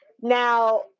now